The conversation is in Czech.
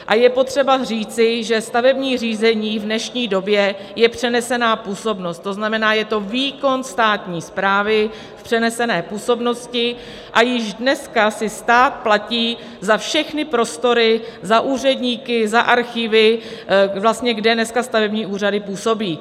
A je potřeba říci, že stavební řízení v dnešní době je přenesená působnost, to znamená, je to výkon státní správy v přenesené působnosti, a již dneska si stát platí za všechny prostory, za úředníky, za archivy, kde dneska stavební úřady působí.